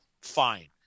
Fine